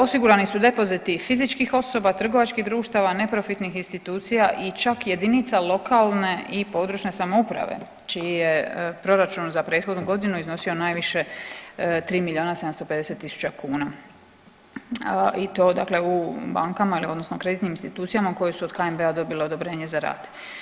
Osigurani su depoziti fizičkih osoba, trgovačkih društava, neprofitnih institucija i čak jedinica lokalne i područne samouprave čiji je proračun za prethodnu godinu iznosio najviše 3 milijuna 750 tisuća kuna i to u bankama odnosno u kreditnim institucijama koje su od HNB-a dobile odobrenje za rad.